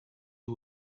you